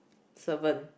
servant